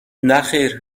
نخیر